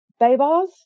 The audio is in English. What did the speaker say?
Baybars